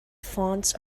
fonts